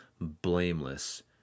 blameless